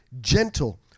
gentle